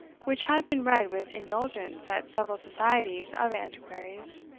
which had been read with indulgence at several societies of antiquaries,